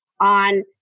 on